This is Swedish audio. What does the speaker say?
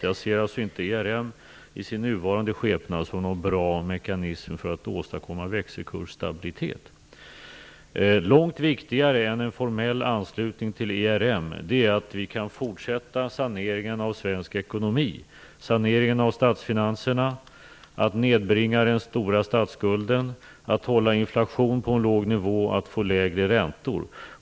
Jag ser alltså inte ERM i dess nuvarande skepnad som någon bra mekanism för att åstadkomma växelkursstabilitet. Långt viktigare än en formell anslutning till ERM är att vi kan fortsätta saneringen av svensk ekonomi och av statsfinanserna. Det handlar om att nedbringa den stora statsskulden, om att hålla inflationen på en låg nivå och om att få lägre räntor.